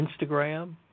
Instagram